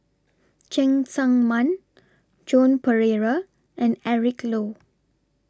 Cheng Tsang Man Joan Pereira and Eric Low